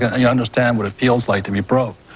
ah yeah understand what it feels like to be broke.